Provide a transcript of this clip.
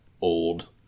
old